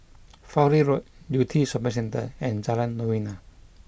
Fowlie Road Yew Tee Shopping Centre and Jalan Novena